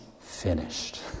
finished